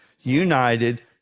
united